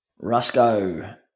Rusco